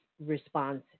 response